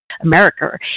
America